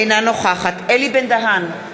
אינה נוכחת אלי בן-דהן,